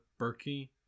Berkey